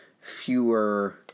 fewer